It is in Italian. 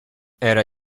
era